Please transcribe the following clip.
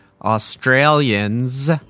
Australians